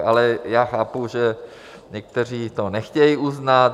Ale já chápu, že někteří to nechtějí uznat.